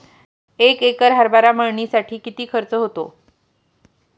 एक एकर हरभरा मळणीसाठी किती खर्च होतो?